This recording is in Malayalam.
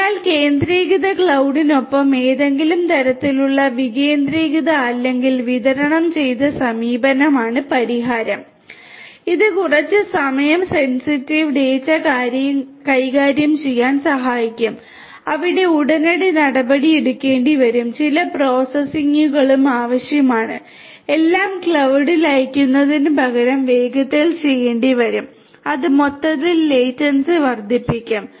അതിനാൽ കേന്ദ്രീകൃത ക്ലൌഡിനൊപ്പം ഏതെങ്കിലും തരത്തിലുള്ള വികേന്ദ്രീകൃത അല്ലെങ്കിൽ വിതരണം ചെയ്ത സമീപനമാണ് പരിഹാരം ഇത് കുറച്ച് സമയ സെൻസിറ്റീവ് ഡാറ്റ കൈകാര്യം ചെയ്യാൻ സഹായിക്കും അവിടെ ഉടനടി നടപടിയെടുക്കേണ്ടിവരും ചില പ്രോസസ്സിംഗുകളും ആവശ്യമാണ് എല്ലാം ക്ലൌഡിൽ അയയ്ക്കുന്നതിനുപകരം വേഗത്തിൽ ചെയ്യേണ്ടിവരും അത് മൊത്തത്തിൽ ലേറ്റൻസി വർദ്ധിപ്പിക്കും